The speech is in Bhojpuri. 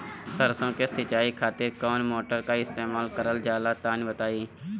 सरसो के सिंचाई खातिर कौन मोटर का इस्तेमाल करल जाला तनि बताई?